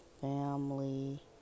family